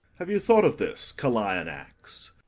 have you thought of this calianax?